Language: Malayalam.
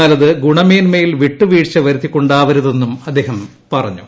എന്നാലത് ഗുണമേന്മയിൽ വിട്ടുവീഴ്ചവർത്തി കൊണ്ടാവരുതെന്നും അദ്ദേഹം പറഞ്ഞു